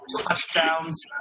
touchdowns